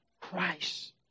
Christ